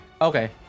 okay